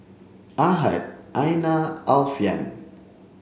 Ahad Aina Alfian